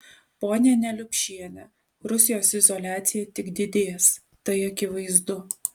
ponia neliupšiene rusijos izoliacija tik didės tai akivaizdu